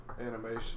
animation